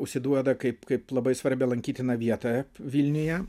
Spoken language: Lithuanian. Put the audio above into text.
užsiduoda kaip kaip labai svarbią lankytiną vietą vilniuje